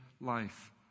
life